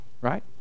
right